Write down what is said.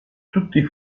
tutti